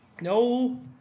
No